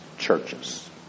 churches